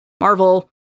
marvel